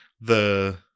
the-